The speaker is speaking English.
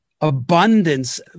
abundance